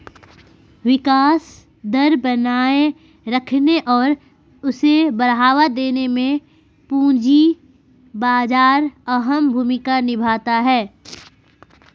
विकास दर बनाये रखने और उसे बढ़ावा देने में पूंजी बाजार अहम भूमिका निभाता है